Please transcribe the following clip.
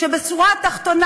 שבשורה התחתונה,